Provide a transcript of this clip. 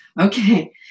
okay